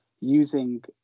using